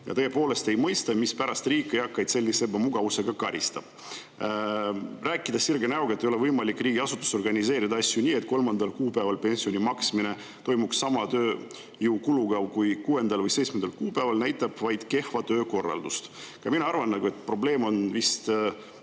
Ja tõepoolest ei mõista, mispärast riik eakaid sellise ebamugavusega karistab. Rääkides sirge näoga, et ei ole võimalik riigiasutuses organiseerida asju nii, et 3. kuupäeval pensioni maksmine toimuks sama tööjõukuluga kui 6. või 7. kuupäeval, näitab vaid kehva töökorraldust. Ka mina arvan, et probleem on vist